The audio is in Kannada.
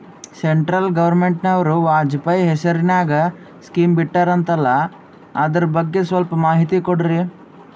ಸೆಂಟ್ರಲ್ ಗವರ್ನಮೆಂಟನವರು ವಾಜಪೇಯಿ ಹೇಸಿರಿನಾಗ್ಯಾ ಸ್ಕಿಮ್ ಬಿಟ್ಟಾರಂತಲ್ಲ ಅದರ ಬಗ್ಗೆ ಸ್ವಲ್ಪ ಮಾಹಿತಿ ಕೊಡ್ರಿ?